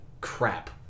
crap